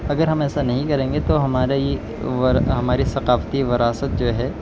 اگر ہم ایسا نہیں کریں گے تو ہمارا یہ ہماری ثقافتی وراثت جو ہے